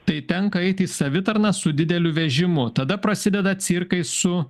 tai tenka eiti į savitarną su dideliu vežimu tada prasideda cirkai su